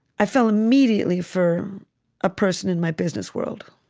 i fell, immediately, for a person in my business world.